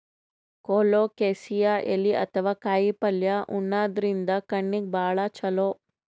colocasia ಎಲಿ ಅಥವಾ ಕಾಯಿಪಲ್ಯ ಉಣಾದ್ರಿನ್ದ ಕಣ್ಣಿಗ್ ಭಾಳ್ ಛಲೋ